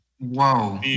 Whoa